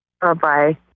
Bye-bye